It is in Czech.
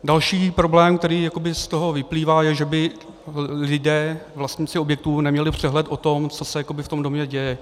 Další problém, který jakoby z toho vyplývá, je, že by lidé vlastníci objektů neměli přehled o tom, co se jakoby v tom domě děje.